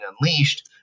unleashed